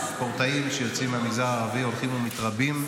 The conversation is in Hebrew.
הספורטאים שיוצאים מהמגזר הערבי הולכים ומתרבים,